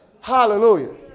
Hallelujah